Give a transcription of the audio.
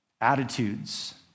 attitudes